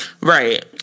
Right